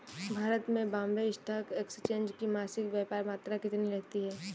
भारत में Bombay stock exchange की मासिक व्यापार मात्रा कितनी रहती है?